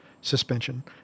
suspension